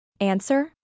Answer